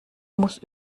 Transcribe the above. muss